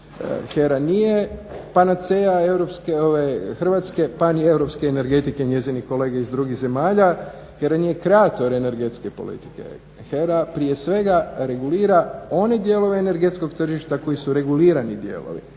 europske, ove hrvatske, paneuropske energetike njezine kolege iz drugih zemalja, HERA nije kreator energetske politike. HERA prije svega regulira one dijelove energetskog tržišta koji su regulirani dijelovi.